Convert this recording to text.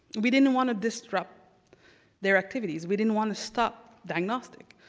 we didn't want to disrupt their activities. we didn't want to stop diagnostic.